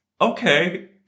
okay